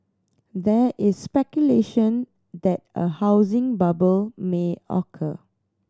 there is speculation that a housing bubble may occur